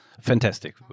fantastic